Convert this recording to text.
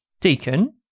deacon